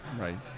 Right